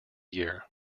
year